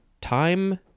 time